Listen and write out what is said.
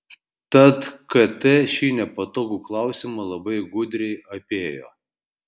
tad kt šį nepatogų klausimą labai gudriai apėjo